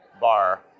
bar